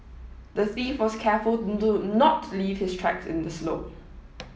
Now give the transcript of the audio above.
the thief was careful to not leave his tracks in the snow